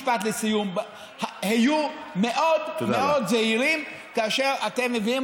משפט לסיום: היו מאוד מאוד זהירים כאשר אתם מביאים